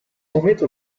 momento